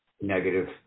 negative